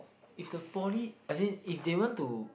if the poly I mean if they want to